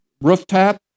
rooftop